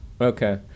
Okay